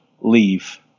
leave